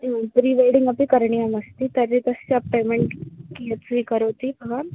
prewedding अपि करणीयमस्ति तर्हि तस्य पेमेण्ट् कियत् स्वीकरोति भवान्